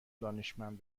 دانشمند